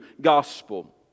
gospel